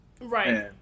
right